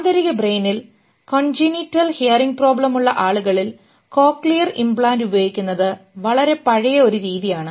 ആന്തരിക ബ്രെയിനിൽ congenital hearing problem ഉള്ള ആളുകളിൽ cochlear implant ഉപയോഗിക്കുന്നത് വളരെ പഴയ ഒരു രീതിയാണ്